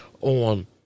on